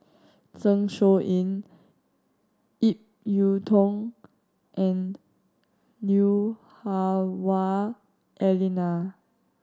Zeng Shouyin Ip Yiu Tung and Lui Hah Wah Elena